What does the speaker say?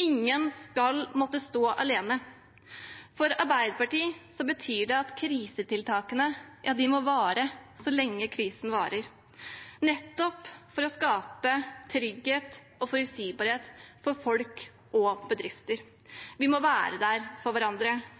Ingen skal måtte stå alene. For Arbeiderpartiet betyr det at krisetiltakene må vare så lenge krisen varer, nettopp for å skape trygghet og forutsigbarhet for folk og bedrifter. Vi må være der for hverandre.